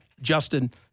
Justin